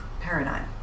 paradigm